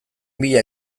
mila